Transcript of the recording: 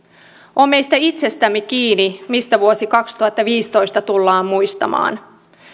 on meistä itsestämme kiinni mistä vuosi kaksituhattaviisitoista tullaan muistamaan